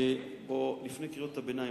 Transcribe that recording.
לפני קריאות הביניים,